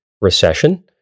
recession